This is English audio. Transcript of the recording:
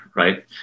Right